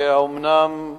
האומנם?